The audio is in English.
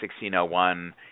1601